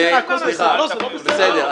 לא, זה לא בסדר.